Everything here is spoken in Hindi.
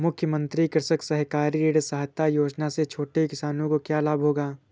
मुख्यमंत्री कृषक सहकारी ऋण सहायता योजना से छोटे किसानों को क्या लाभ होगा?